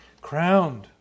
Crowned